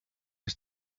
its